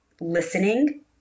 listening